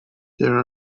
there